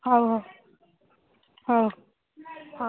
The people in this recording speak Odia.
ହେଉ ହେଉ ହେଉ ହେଉ